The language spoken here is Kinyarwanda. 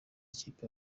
ikipe